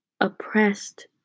oppressed